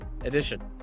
edition